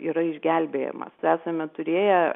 yra išgelbėjamas esame turėję